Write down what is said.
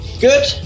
Good